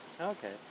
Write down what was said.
Okay